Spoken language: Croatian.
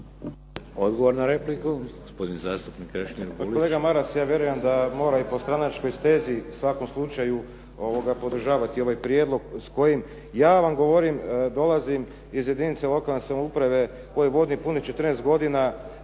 Odgovor na repliku